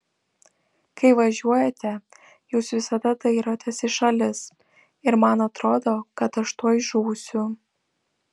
kai važiuojate jūs visada dairotės į šalis ir man atrodo kad aš tuoj žūsiu